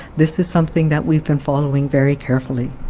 this is something that we've been following very carefully.